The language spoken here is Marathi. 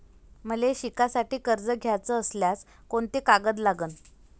मले शिकासाठी कर्ज घ्याचं असल्यास कोंते कागद लागन?